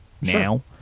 now